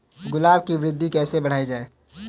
गुलाब की वृद्धि कैसे बढ़ाई जाए?